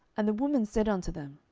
and the woman said unto them,